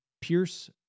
Pierce